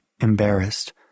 embarrassed